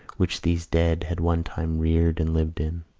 which these dead had one time reared and lived in,